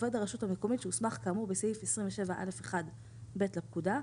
עובד הרשות המקומית שהוסמך כאמור בסעיף 27א1(ב) לפקודה,